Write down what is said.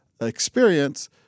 experience